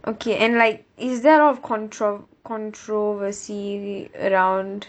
okay and like is there a lot of control~ controversy around